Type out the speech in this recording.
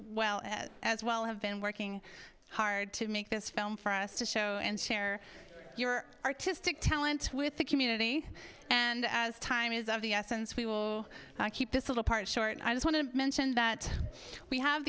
well as well have been working hard to make this film for us to show and share your artistic talents with the community and as time is of the essence we were i keep this little part short i just wanted to mention that we have